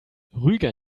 rügen